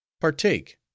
Partake